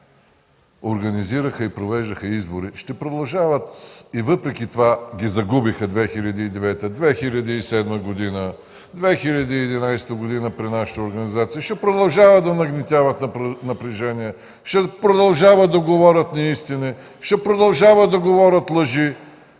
организираха и провеждаха избори и въпреки това ги загубиха през 2009 г., 2007 г., 2011 г. – при нашата организация, ще продължават да нагнетяват напрежение, ще продължават да говорят неистини, ще продължават да говорят лъжи.